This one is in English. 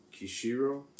Kishiro